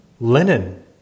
linen